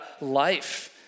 life